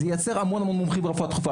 זה ייצר המון המון מומחים ברפואה דחופה.